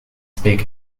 speak